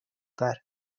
تره